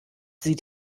sieht